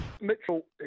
Mitchell